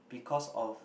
because of